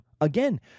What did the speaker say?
Again